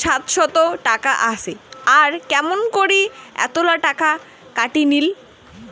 সাতশত টাকা আসে আর কেমন করি এতলা টাকা কাটি নিল?